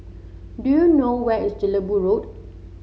do you know where is Jelebu Road